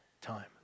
time